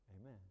Amen